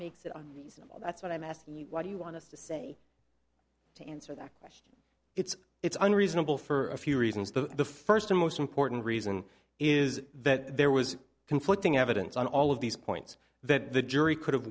makes it on reasonable that's what i'm asking you why do you want to say to answer that question it's it's unreasonable for a few reasons the first and most important reason is that there was conflicting evidence on all of these points that the jury could have